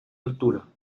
altura